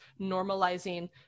normalizing